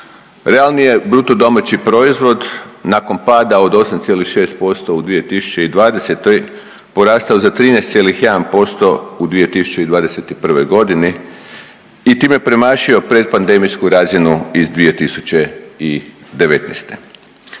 Realni je BDP nakon pada od 8,6% u 2020. g. porastao za 13,1% u 2021. g. i time premašio predpandemijsku razinu iz 2019.